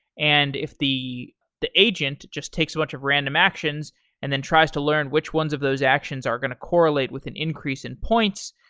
and if the the agent just takes a bunch of random actions and then tries to learn which ones of those actions are going to correlate with an increase in points,